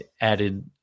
added